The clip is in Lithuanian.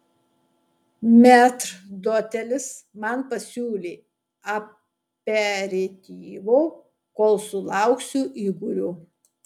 metrdotelis man pasiūlė aperityvo kol sulauksiu igorio